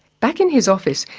back in his office,